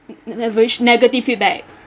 ne~ average negative feedback